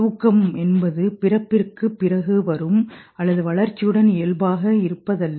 தூக்கம் என்பது பிறப்புக்குப் பிறகு வரும் அல்லது வளர்ச்சியுடன் இயல்பாக இருப்பதல்ல